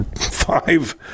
Five